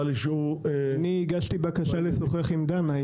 אני הגשתי בקשה לשוחח עם דנה,